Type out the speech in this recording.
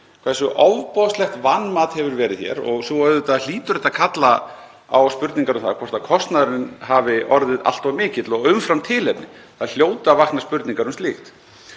hversu ofboðslegt vanmat hefur verið hér og svo auðvitað hlýtur þetta að kalla á spurningar um það hvort kostnaðurinn hafi orðið allt of mikill og umfram tilefni. Það hljóta að vakna spurningar um slíkt.